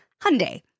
Hyundai